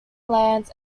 islands